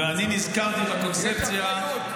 ואני נזכרתי בקונספציה, יש אחריות.